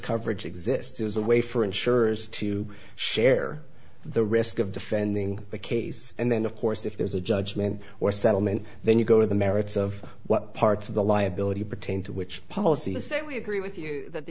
coverage exists as a way for insurers to share the risk of defending the case and then of course if there's a judgment or settlement then you go to the merits of what parts of the liability pertain to which policy to say we agree with you that the